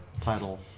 title